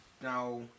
Now